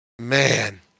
man